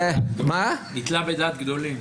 נתלה בדעת גדולים.